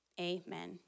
amen